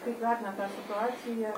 kaip vertinat tą situaciją